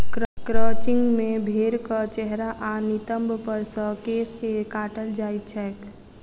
crutching मे भेंड़क चेहरा आ नितंब पर सॅ केश के काटल जाइत छैक